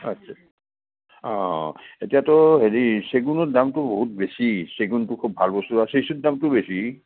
আচ্ছা অঁ এতিয়াতো হেৰি চেগুনৰ দামটো বহুত বেছি চেগুনটো খুব ভাল বস্তু দামটো বেছি